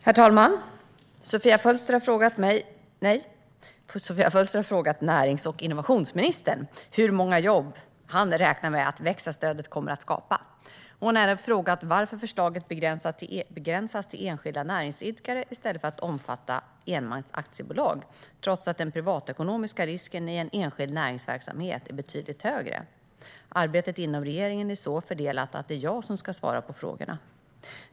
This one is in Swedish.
Herr talman! Sofia Fölster har frågat närings och innovationsministern hur många jobb han räknar med att växa-stödet kommer att skapa. Hon har även frågat honom varför förslaget begränsas till enskilda näringsidkare i stället för att omfatta enmansaktiebolag, trots att den privatekonomiska risken i en enskild näringsverksamhet är betydligt högre. Arbetet inom regeringen är så fördelat att det är jag som ska svara på frågorna.